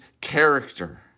character